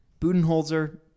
Budenholzer